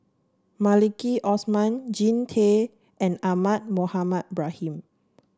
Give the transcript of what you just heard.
Maliki Osman Jean Tay and Ahmad Mohamed Ibrahim